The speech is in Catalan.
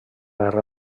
guerra